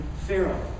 Pharaoh